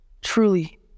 truly